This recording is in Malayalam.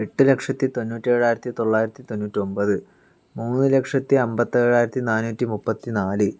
എട്ട് ലക്ഷത്തി തൊണ്ണൂറ്റി ഏഴായിരത്തി തൊള്ളായിരത്തി തൊണ്ണൂറ്റി ഒൻപത് മൂന്ന് ലക്ഷത്തി അൻപത്ത് ഏഴയിരത്തി നാഞ്ഞൂറ്റി മുപ്പത്തി നാല്